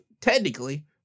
technically